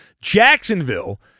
Jacksonville